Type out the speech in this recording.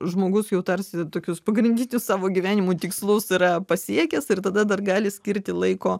žmogus jau tarsi tokius pagrindinius savo gyvenimo tikslus yra pasiekęs ir tada dar gali skirti laiko